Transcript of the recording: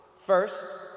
First